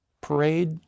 parade